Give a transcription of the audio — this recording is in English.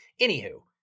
anywho